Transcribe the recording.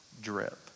drip